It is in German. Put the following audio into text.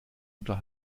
unter